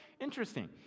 interesting